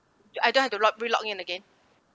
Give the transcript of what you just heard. I don't have to log re-login again